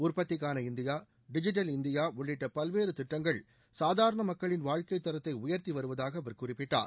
உற்பத்திக்கான India digital India உள்ளிட்ட பல்வேறு திட்டங்கள் சாதாரண மக்களின் வாழ்க்கைத் தரத்தை உயர்த்தி வருவதாக அவர் குறிப்பிட்டார்